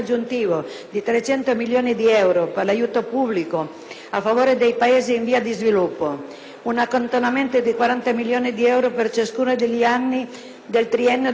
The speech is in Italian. a favore dei Paesi in via di sviluppo ed un accantonamento di 40 milioni di euro per ciascuno degli anni del triennio della finanziaria, finalizzato a ripristinare le risorse